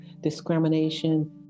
discrimination